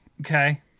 okay